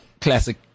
Classic